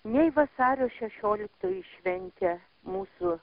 nei vasario šešioliktoji šventė mūsų